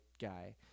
guy